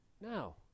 No